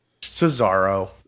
Cesaro